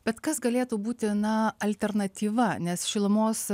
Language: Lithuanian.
bet kas galėtų būti na alternatyva nes šilumos